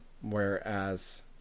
Whereas